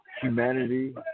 Humanity